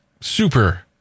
super